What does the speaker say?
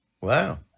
Wow